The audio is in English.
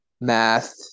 Math